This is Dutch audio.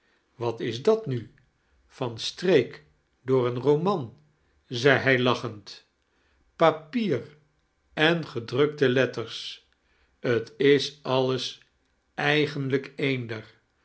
wat is dat nu van streek door een roman zei hij lachend papieir en gedrukte letters t is alles eigenlijk eender